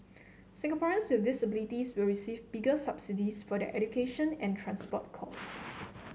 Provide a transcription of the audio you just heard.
Singaporeans with disabilities will receive bigger subsidies for their education and transport costs